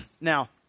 Now